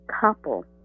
couple